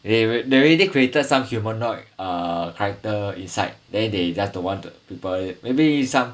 they may have already created some humanoid uh character inside then they just don't want the people maybe some